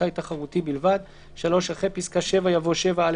ספורטאי תחרותי בלבד," (3) אחרי פסקה (7) יבוא: "(7א)